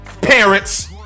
Parents